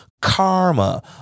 karma